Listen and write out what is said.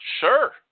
Sure